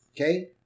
Okay